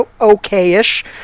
okay-ish